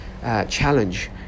challenge